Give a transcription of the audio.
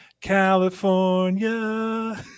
California